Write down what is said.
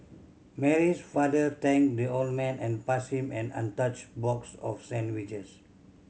Mary's father thanked the old man and passed him an untouched box of sandwiches